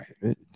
right